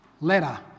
letter